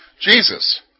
Jesus